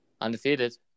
Undefeated